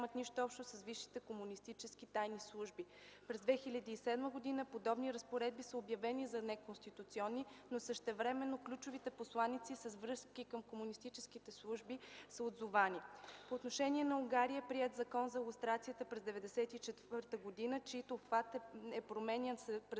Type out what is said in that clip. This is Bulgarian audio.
През 2007 г. подобни разпоредби са обявени за неконституционни, но същевременно ключовите посланици, с връзки към комунистическите служби, са отзовани. По отношение на Унгария е приет Закон за лустрацията през 1994 г., чийто обхват е променян през